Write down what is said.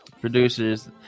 producers